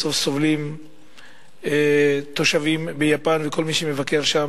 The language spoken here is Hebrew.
בסוף סובלים תושבים ביפן וכל מי שמבקר שם,